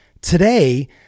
Today